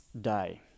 day